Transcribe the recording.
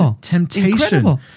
temptation